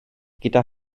gyda